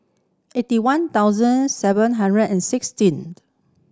eighty one thousand seven hundred and sixteen